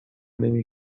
نمی